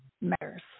matters